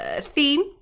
theme